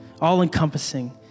all-encompassing